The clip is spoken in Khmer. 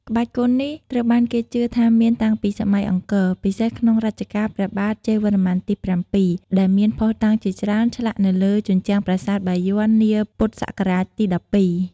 ក្បាច់គុននេះត្រូវបានគេជឿថាមានតាំងពីសម័យអង្គរ ពិសេសក្នុងរជ្ជកាលព្រះបាទជ័យវរ្ម័នទី៧ ដែលមានភស្តុតាងជាច្រើនឆ្លាក់នៅលើជញ្ជាំងប្រាសាទបាយ័ននាពុទ្ធសករាជទី១២។